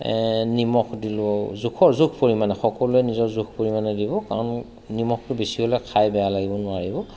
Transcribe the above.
নিমখ দিলোঁ জোখৰ জোখ পৰিমাণে সকলোৱে নিজৰ জোখ পৰিমাণে দিব কাৰণ নিমখ বেছি হ'লে খাই বেয়া লাগিব নোৱাৰিব